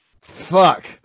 Fuck